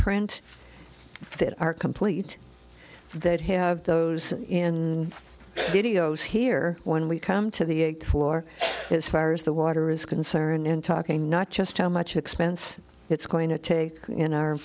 print that are complete that have those in videos here when we come to the floor as far as the water is concerned and talking not just how much expense it's going to take in are